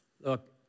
Look